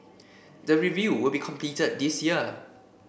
the review will be completed this year